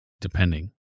Depending